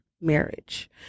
marriage